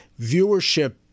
Viewership